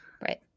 Right